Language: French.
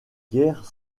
guère